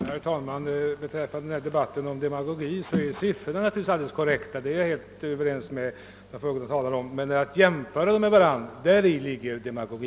Herr talman! Vad beträffar talet om demagogi, så är siffrorna helt korrekta -— det är jag överens med de föregående talarna om. Men demagogin ligger i att man jämför siffrorna med varandra.